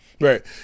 Right